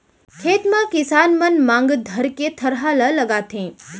खेत म किसान मन मांग धरके थरहा ल लगाथें